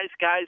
guys